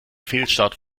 fehlstart